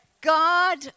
God